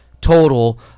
total